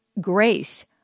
grace